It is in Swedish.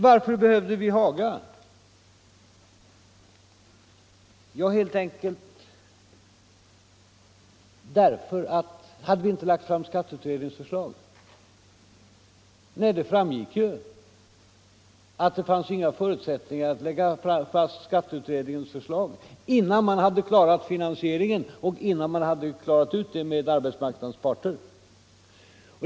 Varför behövde vi Haga? Hade vi inte lagt fram skatteutredningens förslag? Nej, det framgick ju att det inte fanns några förutsättningar att lägga fast skatteutredningens förslag innan man hade klarat finansieringen och innan man hade klarat ut det hela med arbetsmarknadens parter.